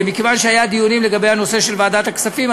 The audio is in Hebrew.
מכיוון שהיו דיונים לגבי הנושא של ועדת הכספים,